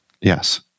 yes